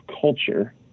culture